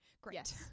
Great